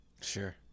Sure